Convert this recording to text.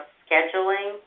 scheduling